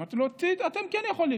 אמרתי: אתם כן יכולים.